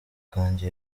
kanje